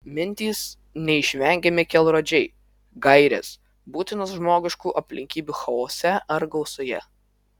mintys neišvengiami kelrodžiai gairės būtinos žmogiškų aplinkybių chaose ar gausoje